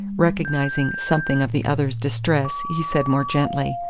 recognising something of the other's distress, he said more gently,